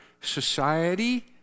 society